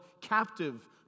captive